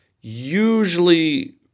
usually